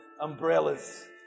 umbrellas